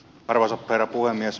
arvoisa herra puhemies